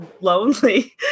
lonely